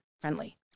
friendly